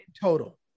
total